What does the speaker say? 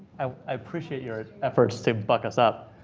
i appreciate your efforts to buck us up,